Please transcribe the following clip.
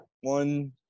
One